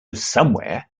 somewhere